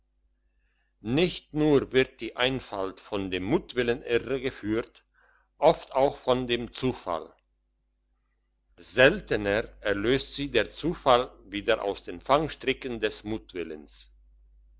nicht nur wird die einfalt von dem mutwillen irregeführt oft auch von dem zufall seltener erlöst sie der zufall wieder aus den fangstricken des mutwillens